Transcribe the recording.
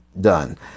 done